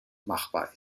machbar